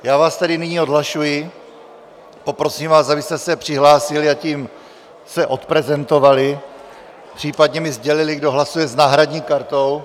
Já vás tedy nyní odhlašuji, poprosím vás, abyste se přihlásili a tím se odprezentovali, případně mi sdělili, kdo hlasuje s náhradní kartou.